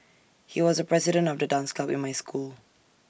he was A president of the dance club in my school